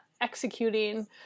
executing